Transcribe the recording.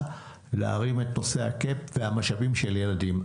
להרים את נושא הכסף והמשאבים של ילדים.